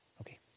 Okay